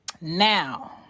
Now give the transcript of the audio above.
now